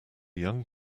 young